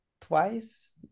twice